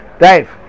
Dave